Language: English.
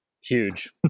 huge